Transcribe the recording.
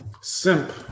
simp